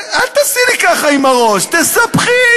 אל תעשי לי ככה עם הראש, תספחי.